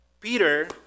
Peter